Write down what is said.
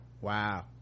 Wow